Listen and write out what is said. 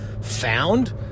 found